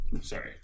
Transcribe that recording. Sorry